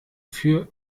für